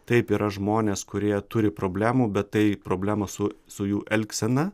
taip yra žmonės kurie turi problemų bet tai problemos su su jų elgsena